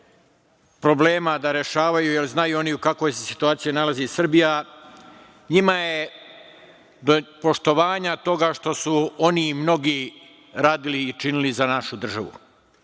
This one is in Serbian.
problema da rešavaju, jer znaju oni u kakvoj se situaciji nalazi Srbija. Njima je do poštovanja toga što su oni mnogi radili i činili za našu državu. Mi